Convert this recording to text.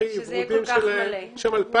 הכי ורודים שלהם שזה יהיה כל כך מלא.